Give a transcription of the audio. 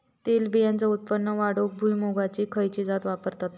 तेलबियांचा उत्पन्न वाढवूक भुईमूगाची खयची जात वापरतत?